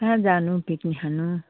कहाँ जानु पिकनिक खानु